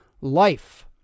life